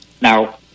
Now